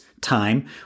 time